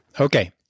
Okay